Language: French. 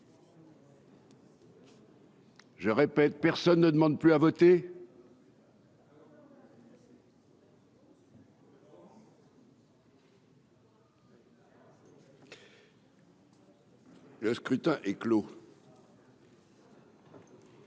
Je répète, personne ne demande plus à voter. Le scrutin est clos.